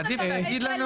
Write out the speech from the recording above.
עדיף להגיד לנו